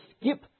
skip